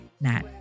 Nat